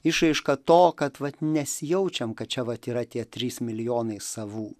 išraiška to kad vat nesijaučiam kad čia vat yra tie trys milijonai savų